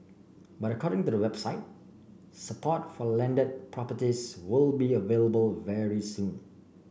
but according to the website support for landed properties will be available very soon